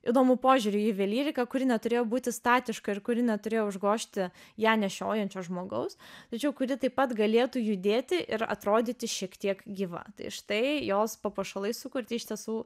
įdomų požiūrį į juvelyriką kuri neturėjo būti statiška ir kuri neturėjo užgožti ją nešiojančio žmogaus tačiau kuri taip pat galėtų judėti ir atrodyti šiek tiek gyva tai štai jos papuošalai sukurti iš tiesų